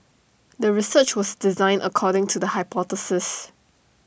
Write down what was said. the research was designed according to the hypothesis